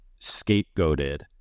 scapegoated